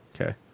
Okay